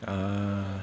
ah